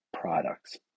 products